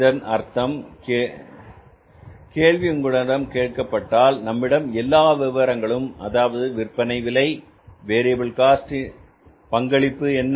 இதன் அர்த்தம் இந்த கேள்வி உங்களிடம் கேட்கப்பட்டால் நம்மிடம் எல்லா விவரங்களும் அதாவது விற்பனை விலை வேரியபில் காஸ்ட் பங்களிப்பு என்ன